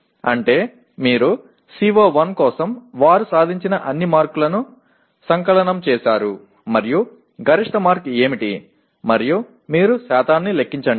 అంటే మీరు CO1 కోసం వారు సాధించిన అన్ని మార్కులను సంకలనం చేశారు మరియు గరిష్ట మార్క్ ఏమిటి మరియు మీరు శాతాన్ని లెక్కించండి